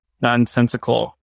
nonsensical